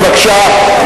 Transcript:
בבקשה,